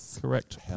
Correct